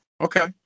Okay